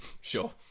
sure